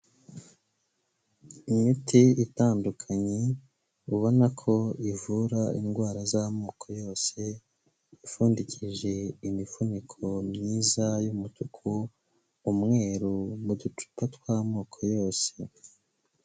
Imiti itandukanye, ubona ko ivura indwara z'amoko yose, ipfundikije imifuniko myiza y'umutuku, umweru mu ducupa tw'amoko yose.